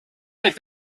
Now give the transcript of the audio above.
est